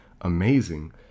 amazing